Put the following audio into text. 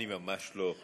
אני ממש לא.